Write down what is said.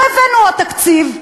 לא הבאנו עוד תקציב,